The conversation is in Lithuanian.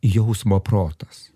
jausmo protas